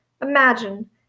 Imagine